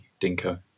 Dinko